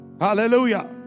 Hallelujah